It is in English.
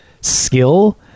skill